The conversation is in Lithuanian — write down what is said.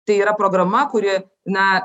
tai yra programa kuri na